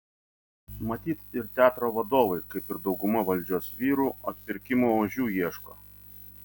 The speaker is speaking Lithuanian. matyt ir teatro vadovai kaip ir dauguma valdžios vyrų atpirkimo ožių ieško